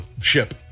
ship